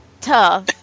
tough